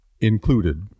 included